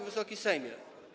Wysoki Sejmie!